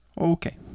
Okay